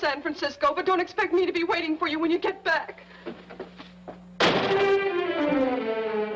san francisco but don't expect me to be waiting for you when you get back